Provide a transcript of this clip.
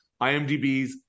imdbs